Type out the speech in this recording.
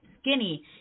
skinny